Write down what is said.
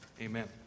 Amen